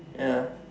ya